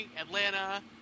Atlanta